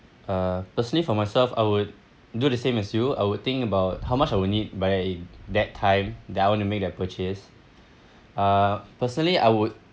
uh actually for myself I would do the same as you I would think about how much I would need by that time that I want to make that purchase uh personally I would